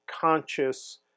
conscious